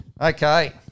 okay